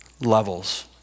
levels